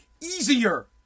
easier